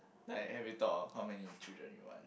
like have you thought of how many children you want